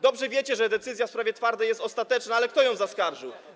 Dobrze wiecie, że decyzja w sprawie Twardej jest ostateczna, ale kto ją zaskarżył?